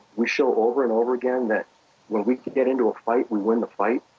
we show over and over again that when we could get into a fight, we win the fight,